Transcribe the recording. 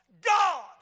God